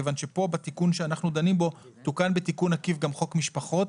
כיוון פה בתיקון שאנחנו דנים בו תוקן בתיקון עקיף גם חוק משפחות.